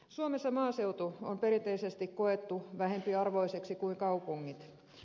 suomessa maaseutu on perinteisesti koettu vähempiarvoiseksi kuin kaupungit